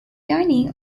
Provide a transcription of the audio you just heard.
dining